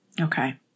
Okay